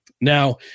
Now